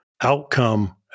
outcome